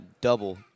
double